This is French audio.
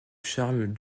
charles